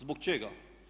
Zbog čega?